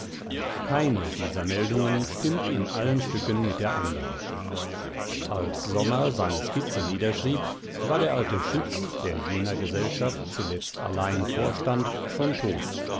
keine dieser meldungen stimmt in allen stücken mit der andern als sommer seine skizze niederschrieb war der alte schütz der jener gesellschaft zuletzt allein vorstand schon todt